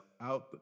out